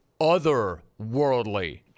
otherworldly